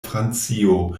francio